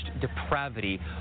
depravity